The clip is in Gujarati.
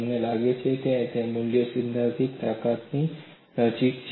તમને લાગે છે કે મૂલ્ય સૈદ્ધાંતિક તાકાતની નજીક છે